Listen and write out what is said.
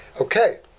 Okay